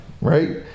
right